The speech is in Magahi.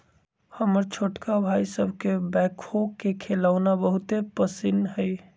हमर छोटका भाई सभके बैकहो के खेलौना बहुते पसिन्न हइ